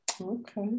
Okay